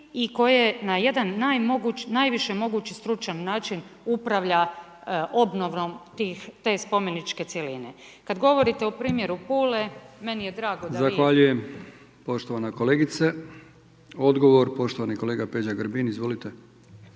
i koje na jedan najviše mogući stručan način upravlja obnovom te spomeničke cjeline. Kad govorite o primjeru Pule, meni je drago da vi… **Brkić, Milijan (HDZ)** Zahvaljujem poštovana kolegice. Odgovor, poštovani kolega Peđa Grbin. **Grbin,